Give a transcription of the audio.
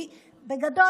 כי בגדול,